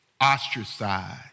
ostracized